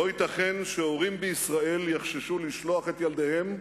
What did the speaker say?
לא ייתכן שהורים בישראל יחששו לשלוח את ילדיהם,